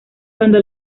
cuando